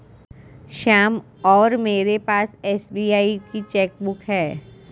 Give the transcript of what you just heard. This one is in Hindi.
श्याम और मेरे पास एस.बी.आई की चैक बुक है